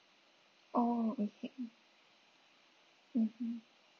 oh okay mmhmm